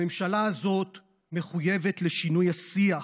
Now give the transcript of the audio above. הממשלה הזאת מחויבת לשינוי השיח,